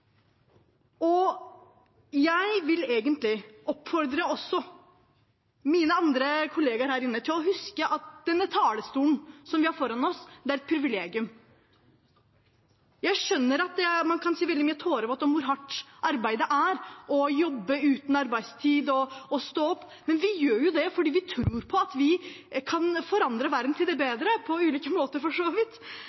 Jeg vil oppfordre mine kollegaer her inne til å huske at den talerstolen vi har foran oss, er et privilegium. Jeg skjønner at man kan si veldig mye tårevått om hvor hardt arbeidet er – man jobber uten arbeidstid og står på – men vi gjør det fordi vi tror at vi kan forandre verden til det